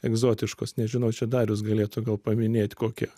egzotiškos nežinau čia darius galėtų gal paminėt kokia